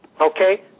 Okay